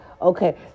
Okay